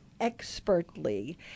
expertly